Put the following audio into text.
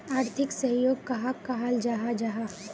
आर्थिक सहयोग कहाक कहाल जाहा जाहा?